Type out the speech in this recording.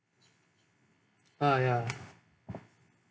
ah ya